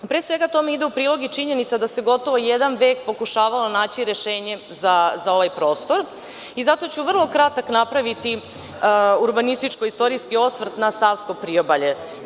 Pre svega tome ide u prilog i činjenica da se gotovo jedan vek pokušavalo naći rešenje za ovaj prostor i zato ću napraviti vrlo kratak urbanističko istorijski osvrt na savsko priobalje.